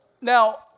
Now